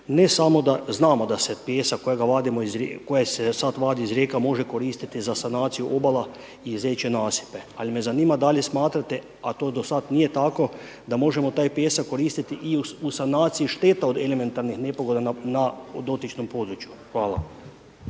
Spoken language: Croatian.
kojega vadimo iz rijeka, koji se sad vadi iz rijeka može koristiti za sanaciju obala i zečje nasipe, ali me zanima da li smatrate, a to do sad nije tako da možemo taj pijesak koristiti i u sanaciji šteta od elementarnih nepogoda na dotičnom području. Hvala.